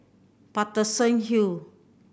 Paterson Hill